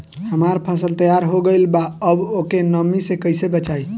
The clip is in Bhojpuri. हमार फसल तैयार हो गएल बा अब ओके नमी से कइसे बचाई?